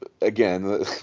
again